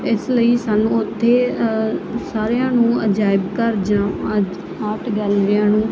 ਇਸ ਲਈ ਸਾਨੂੰ ਉੱਥੇ ਸਾਰਿਆਂ ਨੂੰ ਅਜਾਇਬ ਘਰ ਜਾਂ ਅੱਜ ਆਰਟ ਗੈਲਰੀਆਂ ਨੂੰ